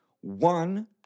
One